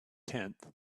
tenth